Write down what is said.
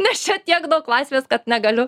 nes čia tiek daug laisvės kad negaliu